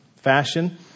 fashion